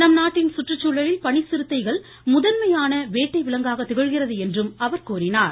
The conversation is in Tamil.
நம் நாட்டின் சுற்றுச்சூழலில் பனிச்சிறுத்தைகள் முதன்மையான வேட்டை விலங்காக திகழ்கிறது என்றும் அவர் சுட்டிக்காட்டினார்